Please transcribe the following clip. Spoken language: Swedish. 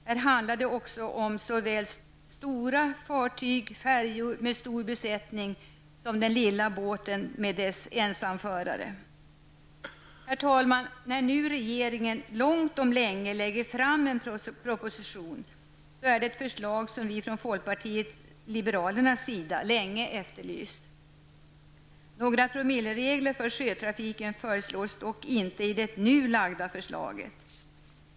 Här handlar det då såväl om stora fartyg, färjor med stor besättning, som den lilla båtens ensamförare. Herr talman! När nu regeringen långt om länge lägger fram en proposition så är det ett förslag som vi från folkpartiet liberalernas sida länge efterlyst. Några promilleregler för sjötrafiken föreslås dock inte i det nu framlagda förslaget.